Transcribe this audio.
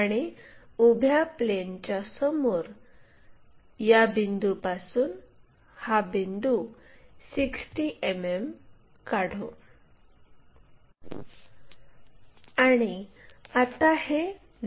आणि उभ्या प्लेनच्यासमोर या बिंदूपासून हा बिंदू 60 मिमी अंतरावर काढू